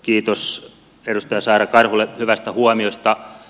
kiitos edustaja saara karhulle hyvästä huomiosta